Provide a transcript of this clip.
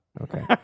Okay